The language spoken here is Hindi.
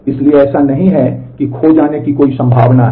इसलिए ऐसा नहीं है कि खो जाने की कोई संभावना नहीं है